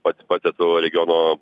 pats pats esu regiono